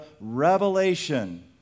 revelation